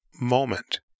moment